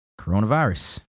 coronavirus